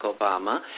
Obama